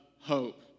hope